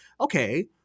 Okay